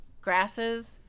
grasses